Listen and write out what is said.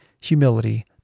humility